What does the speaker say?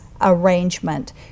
arrangement